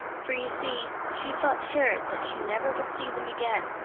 for you see she felt sure that she never would see them again,